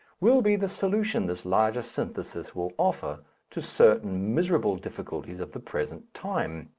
will be the solution this larger synthesis will offer to certain miserable difficulties of the present time.